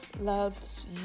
loves